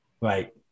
Right